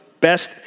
best